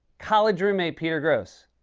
college roommate peter grosz.